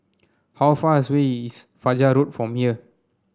how far as way is Fajar Road from here